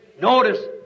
Notice